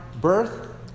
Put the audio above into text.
birth